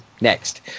next